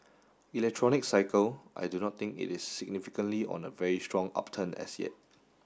electronics cycle I do not think it is significantly on a very strong upturn as yet